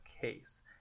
case